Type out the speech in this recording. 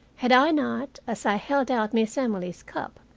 had i not, as i held out miss emily's cup,